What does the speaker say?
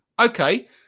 okay